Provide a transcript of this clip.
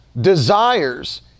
desires